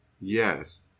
Yes